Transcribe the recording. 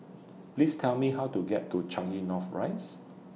Please Tell Me How to get to Changi North Rise